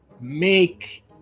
Make